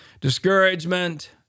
Discouragement